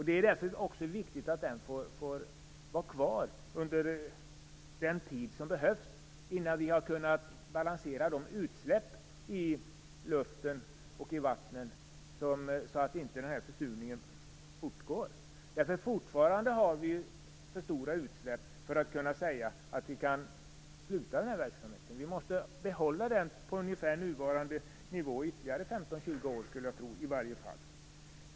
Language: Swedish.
Det är därför viktigt att den får vara kvar den tid som behövs - innan vi har kunnat balansera utsläppen i luften och vattnen - så att inte försurningen får fortgå. Vi har ju fortfarande för stora utsläpp för att kunna sluta med kalkningsverksamheten. Vi måste behålla den på ungefär nuvarande nivå i ytterligare 15, 20 år, skulle jag tro.